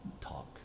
talk